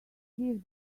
give